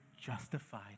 justified